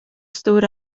stood